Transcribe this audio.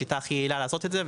השיטה הכי יעילה לעשות את זה,